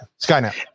Skynet